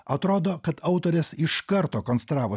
atrodo kad autorės iš karto konstravo